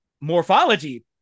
morphology